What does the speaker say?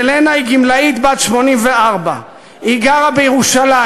ילנה היא גמלאית בת 84, היא גרה בירושלים.